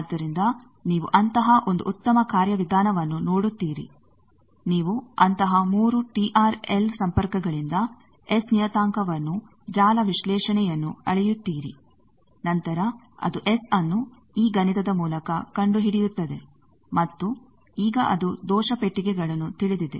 ಆದ್ದರಿಂದ ನೀವು ಅಂತಹ ಒಂದು ಉತ್ತಮ ಕಾರ್ಯವಿಧಾನವನ್ನು ನೋಡುತ್ತೀರಿ ನೀವು ಅಂತಹ 3 ಟಿಆರ್ಎಲ್ ಸಂಪರ್ಕಗಳಿಂದ ಎಸ್ ನಿಯತಾಂಕವನ್ನುಜಾಲ ವಿಶ್ಲೇಷಣೆಯನ್ನು ಅಳೆಯುತ್ತೀರಿ ನಂತರ ಅದು ಎಸ್ ಆನ್ನು ಈ ಗಣಿತದ ಮೂಲಕ ಕಂಡುಹಿಡಿಯುತ್ತದೆ ಮತ್ತು ಈಗ ಅದು ದೋಷ ಪೆಟ್ಟಿಗೆಗಳನ್ನು ತಿಳಿದಿದೆ